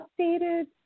updated